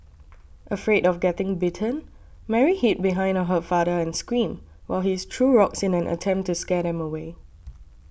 afraid of getting bitten Mary hid behind her father and screamed while he's threw rocks in an attempt to scare them away